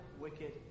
wicked